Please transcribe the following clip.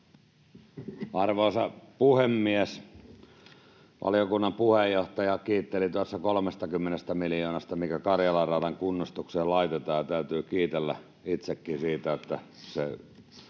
Arvoisa puhemies! Valiokunnan puheenjohtaja kiitteli 30 miljoonasta, mikä Karjalan radan kunnostukseen laitetaan, ja täytyy kiitellä itsekin siitä, että